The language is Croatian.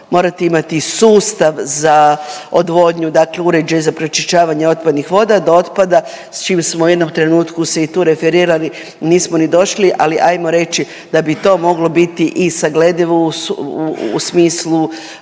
morate imati sustav za odvodnju, dakle uređaj za pročišćavanje otpadnih voda, do otpada, s čim smo u jednom trenutku se i u tu referirali, nismo ni došli, ali ajmo reći da bi to moglo biti i sagledivo u smislu